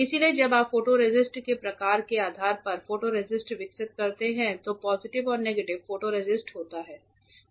इसलिए जब आप फोटोरेसिस्ट के प्रकार के आधार पर फोटोरेसिस्ट विकसित करते हैं तो पॉजिटिव और नेगेटिव फोटोरेसिस्ट होता है